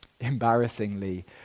Embarrassingly